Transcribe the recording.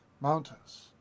mountains